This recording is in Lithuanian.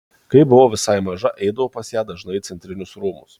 kai buvau visai maža eidavau pas ją dažnai į centrinius rūmus